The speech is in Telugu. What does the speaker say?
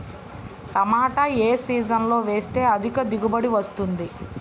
టమాటా ఏ సీజన్లో వేస్తే అధిక దిగుబడి వస్తుంది?